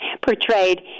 portrayed